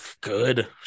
good